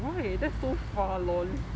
why that's so fast lor